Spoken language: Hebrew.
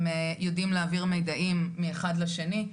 הם יודעים להעביר מידעים מאחד לשני,